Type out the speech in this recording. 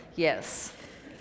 Yes